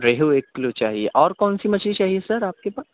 ریہو ایک کلو چاہیے اور کونسی مچھلی چاہیے سر آپ کے پاس